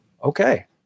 Okay